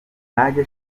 ntajya